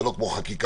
זה לא כמו חקיקה,